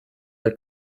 der